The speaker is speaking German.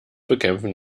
bekämpfen